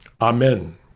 Amen